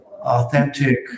authentic